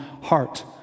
heart